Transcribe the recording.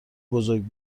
بزرگ